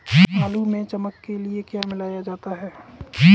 आलू में चमक के लिए क्या मिलाया जाता है?